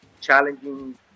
challenging